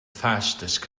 fastest